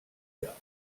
mir